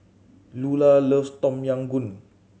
Lulah loves Tom Yam Goong